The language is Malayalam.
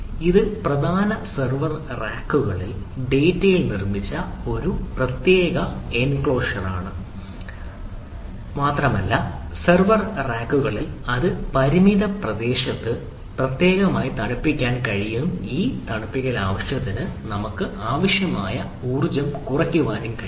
ഇത് പ്രധാന സെർവർ റാക്കുകളിലെ ഡാറ്റയിൽ നിർമ്മിച്ച ഒരു പ്രത്യേക എൻക്ലോസറാണ് മാത്രമല്ല സെർവർ റാക്കുകൾ വളരെ പരിമിത പ്രദേശത്ത് പ്രത്യേകമായി തണുപ്പിക്കുകയും ചെയ്യുന്നതിനാൽ ഈ തണുപ്പിക്കൽ ആവശ്യത്തിന് ആവശ്യമായ ഊർജ്ജം കുറയ്ക്കാൻ കഴിയും